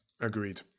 agreed